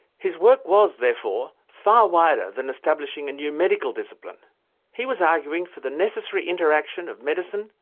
his work was therefore far wider than establishing a new medical discipline he was arguing for the necessary interaction of medicine,